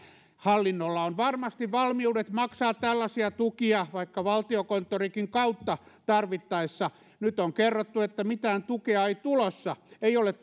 hallinnolla on varmasti valmiudet maksaa tällaisia tukia vaikka valtiokonttorinkin kautta tarvittaessa nyt on kerrottu että mitään tukea ei ole